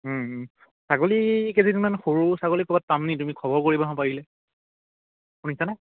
ছাগলী কেইজনীমান সৰু ছাগলী ক'ৰবাত পাম নেকি তুমি খবৰ কৰিবাহ'ক পাৰিলে শুনিছানে